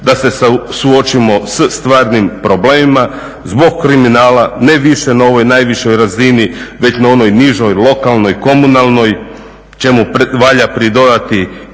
da se suočimo sa stvarnim problemima zbog kriminala, ne više na ovoj najvišoj razini već na onoj nižoj, lokalnoj, komunalnoj, čemu valja pridodati i nerad